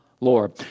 Lord